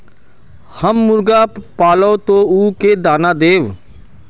हम मुर्गा पालव तो उ के दाना देव?